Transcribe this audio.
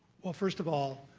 well, first of all,